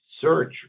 search